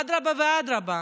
אדרבה ואדרבה.